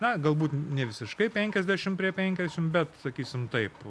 na galbūt nevisiškai penkiasdešimt prie penkiasdešimt bet sakysim taip